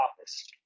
office